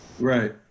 Right